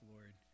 Lord